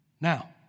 Now